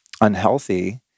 unhealthy